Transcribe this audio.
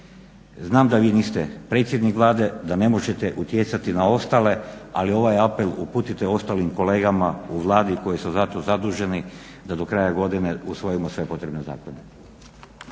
Znam da vi niste predsjednik Vlade, da ne možete utjecati na ostale, ali ovaj apel uputite ostalim kolegama u Vladi koji su za to zaduženi da do kraja godine usvojimo sve potrebne zakone.